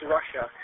Russia